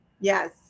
Yes